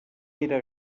era